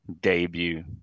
debut